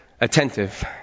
attentive